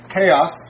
chaos